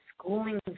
Schooling